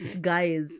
guys